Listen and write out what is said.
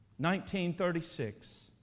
1936